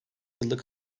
yıllık